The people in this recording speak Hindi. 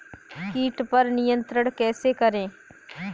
कीट पर नियंत्रण कैसे करें?